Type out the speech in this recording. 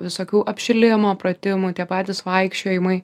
visokių apšilimo pratimų tie patys vaikščiojimai